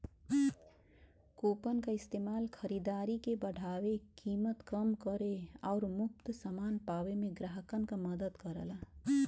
coupon क इस्तेमाल खरीदारी के बढ़ावे, कीमत कम करे आउर मुफ्त समान पावे में ग्राहकन क मदद करला